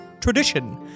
tradition